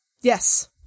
Yes